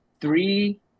three